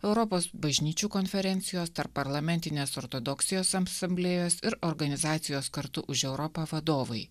europos bažnyčių konferencijos tarpparlamentinės ortodoksijos amsamblėjos ir organizacijos kartu už europą vadovai